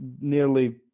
nearly